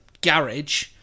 garage